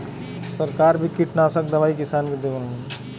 सरकार भी किटनासक दवाई किसान के देवलन